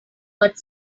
but